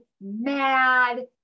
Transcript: mad